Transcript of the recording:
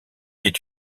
est